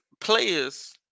players